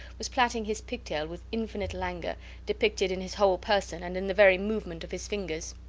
was plaiting his pigtail with infinite languor depicted in his whole person and in the very movement of his fingers.